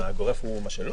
--- הגורף הוא מה שלא.